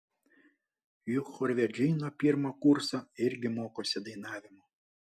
juk chorvedžiai nuo pirmo kurso irgi mokosi dainavimo